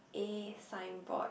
A signboard